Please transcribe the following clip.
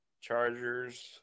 Chargers